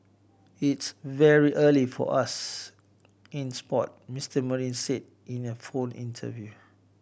it's very early for us in sport Mister Marine said in a phone interview